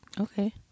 okay